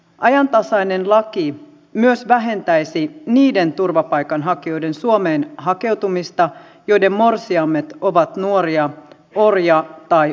ajantasainen laki myös vähentäisi niiden turvapaikanhakijoiden suomeen hakeutumista joiden morsiamet ovat nuoria orja tai ostovaimoja